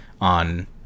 on